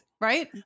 Right